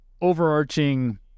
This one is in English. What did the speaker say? Overarching